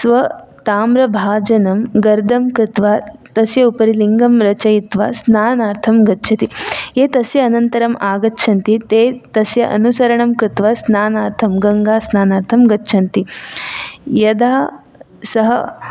स्व ताम्रभाजनं गर्दं कृत्वा तस्य उपरि लिङ्गं रचयित्वा स्नानार्थं गच्छति एतस्य अनन्तरं आगच्छन्ति ते तस्य अनुसरणं कृत्वा स्नानार्थं गङ्गास्नानार्थं गच्छन्ति यदा सः